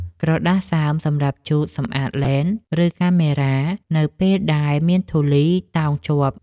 ក្រដាសសើមសម្រាប់ជូតសម្អាតឡេន ឬកាមេរ៉ា នៅពេលដែលមានធូលីតោងជាប់។